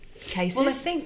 cases